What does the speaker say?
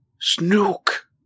Snook